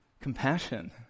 compassion